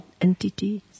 entities